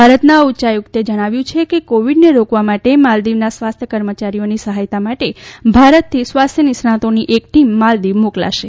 ભારતના ઉચ્યાયુક્તે જણાવ્યું છે કે કોવીડને રોકવા માટે માલદીવના સ્વાસ્યલ કર્મચારીઓની સહાયતા માટે ભારતથી સ્વાસ્થ્ય નિષ્ણાતોની એક ટીમ માલદીવ મોકલાશે